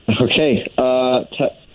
Okay